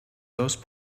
those